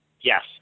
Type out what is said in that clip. Yes